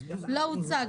זה לא הוצג,